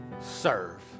Serve